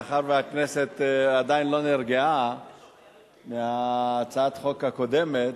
מאחר שהכנסת עדיין לא נרגעה מהצעת החוק הקודמת,